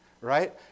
right